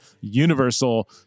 universal